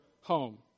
home